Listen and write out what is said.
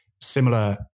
similar